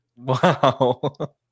Wow